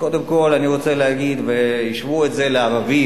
קודם כול אני רוצה להגיד, והשוו את זה לערבים.